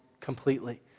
completely